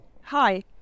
Hi